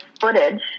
footage